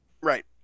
right